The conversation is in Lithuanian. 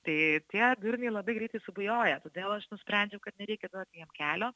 tai tie durniai labai greitai subujoja todėl aš nusprendžiau kad nereikia duoti jiem kelio